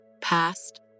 past